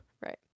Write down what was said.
Right